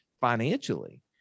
financially